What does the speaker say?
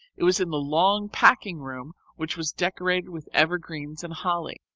it was in the long packing-room which was decorated with evergreens and holly.